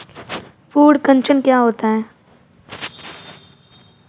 पर्ण कुंचन क्या होता है?